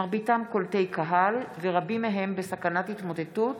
מרביתם קולטי קהל ורבים מהם בסכנת התמוטטות